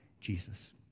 Jesus